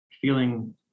feeling